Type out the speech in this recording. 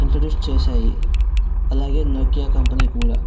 introduce చేశాయి అలాగే Nokia company కూడా